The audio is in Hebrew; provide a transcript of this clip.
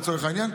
לצורך העניין,